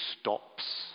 stops